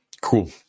Cool